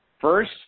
First